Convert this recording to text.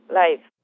life